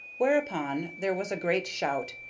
whereupon there was a great shout,